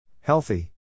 Healthy